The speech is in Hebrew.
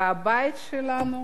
והבית שלנו